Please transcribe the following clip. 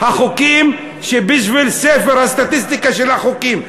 החוקים בשביל ספר הסטטיסטיקה של החוקים.